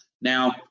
Now